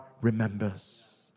remembers